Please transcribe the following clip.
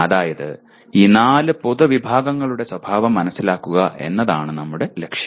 അതായത് ഈ നാല് പൊതുവിഭാഗങ്ങളുടെ സ്വഭാവം മനസ്സിലാക്കുക എന്നതാണ് നമ്മുടെ ലക്ഷ്യം